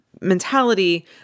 mentality